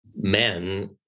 men